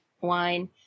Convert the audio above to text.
wine